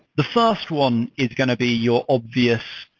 the first one is going to be your obvious